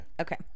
Okay